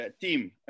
team